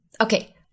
Okay